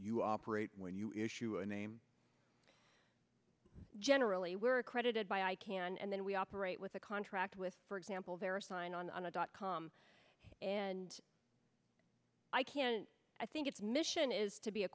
you operate when you issue a name generally we're accredited by i can and then we operate with a contract with for example there are sign on a dot com and i can i think it's mission is to be a